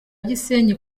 gisenyi